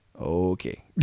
okay